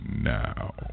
now